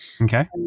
Okay